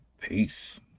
Peace